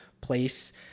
place